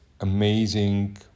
amazing